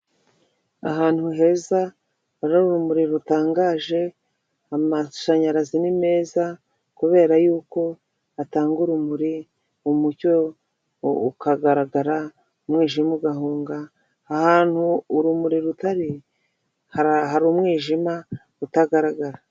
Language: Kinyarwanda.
Ahantu heza n'urumuri rutangaje amashanyarazi ni meza kubera yuko atanga urumuri mu mucyo ukagaragara umwijima ugahunga, ahantu urumuri rutari hari hari umwijima utagaragara.